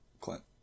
Clint